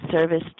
service